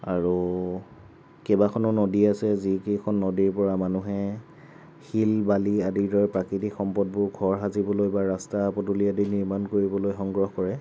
আৰু কেইবাখনো নদী আছে যিকেইখন নদীৰ পৰা মানুহে শিল বালি আদিৰ দৰে প্ৰাকৃতিক সম্পদবোৰ ঘৰ সাজিবলৈ বা ৰাস্তা পদূলি আদি নিৰ্মাণ কৰিবলৈ সংগ্ৰহ কৰে